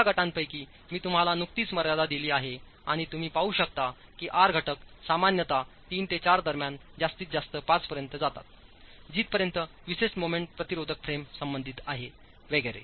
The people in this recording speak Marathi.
या गटांपैकीमीतुम्हाला नुकतीच मर्यादा दिली आहे आणि तुम्ही पाहु शकता की आर घटक सामान्यत 3 ते 4 दरम्यान जास्तीत जास्त 5 पर्यंत जातात जिथपर्यंत विशेष मोमेंट प्रतिरोधक फ्रेम संबंधित आहे वगैरे